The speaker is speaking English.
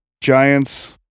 Giants